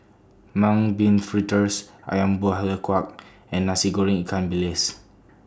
Mung Bean Fritters Ayam Buah Keluak and Nasi Goreng Ikan Bilis